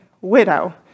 widow